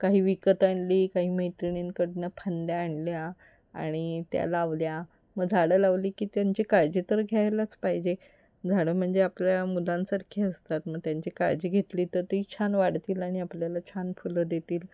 काही विकत आणली काही मैत्रिणींकडून फांद्या आणल्या आणि त्या लावल्या मग झाडं लावली की त्यांची काळजी तर घ्यायलाच पाहिजे झाडं म्हणजे आपल्या मुलांसारखी असतात मग त्यांची काळजी घेतली तर ती छान वाढतील आणि आपल्याला छान फुलं देतील